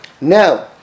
Now